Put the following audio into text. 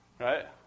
Right